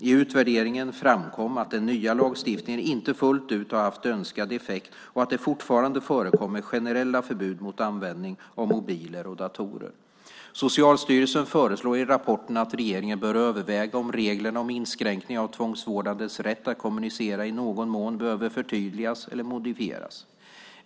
I utvärderingen framkom att den nya lagstiftningen inte fullt ut har haft önskad effekt och att det fortfarande förekommer generella förbud mot användning av mobiler och datorer. Socialstyrelsen föreslår i rapporten att regeringen bör överväga om reglerna om inskränkning av tvångsvårdades rätt att kommunicera i någon mån behöver förtydligas eller modifieras.